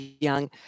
young